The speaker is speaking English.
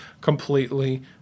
completely